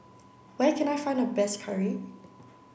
where can I find the best curry